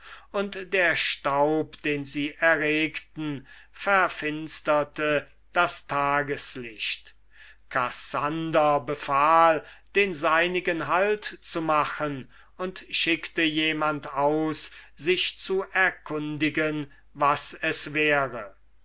und der staub den sie erregten verfinsterte das tageslicht kassander befahl den seinigen halt zu machen und schickte jemand aus sich zu erkundigen was es wäre